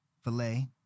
Filet